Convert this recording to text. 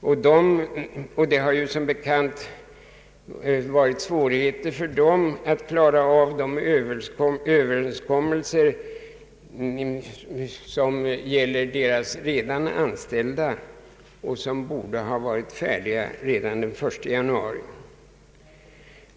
Och det har som bekant varit svårigheter för dem att klara av överenskommelserna med de redan anställda. Dessa överenskommelser borde ha varit färdiga redan den 1 januari.